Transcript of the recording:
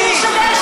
שמענו,